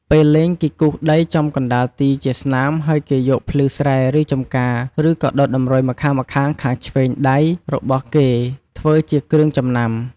ពេលលេង គេគូសដីចំកណ្តាលទីជាស្នាម ហើយគេយកភ្លឺស្រែ ឬចម្ការ ឬក៏ដោតតម្រុយម្ខាងៗ ខាងឆ្វេងដៃរបស់គេធ្វើជាគ្រឿងចំណាំ។